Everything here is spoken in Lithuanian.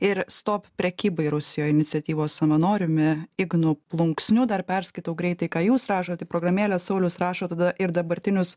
ir stop prekybai rusijoj iniciatyvos savanoriumi ignu plunksniu dar perskaitau greitai ką jūs rašot į programėlę saulius rašo tada ir dabartinius